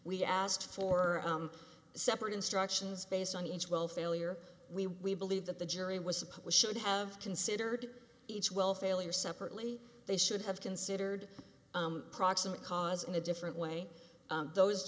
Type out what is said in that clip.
we asked for separate instructions based on each well failure we we believe that the jury was supposed should have considered each well failure separately they should have considered proximate cause in a different way those